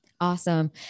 Awesome